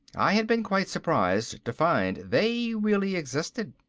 i had been quite surprised to find they really existed.